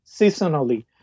seasonally